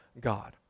God